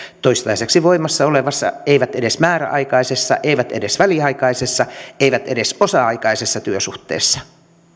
toistaiseksi voimassa olevassa eivät edes määräaikaisessa eivät edes väliaikaisessa eivät edes osa aikaisessa työsuhteessa